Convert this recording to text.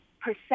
percent